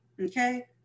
Okay